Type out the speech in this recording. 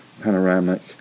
Panoramic